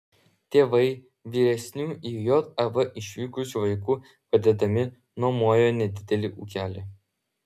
tėvai vyresnių į jav išvykusių vaikų padedami nuomojo nedidelį ūkelį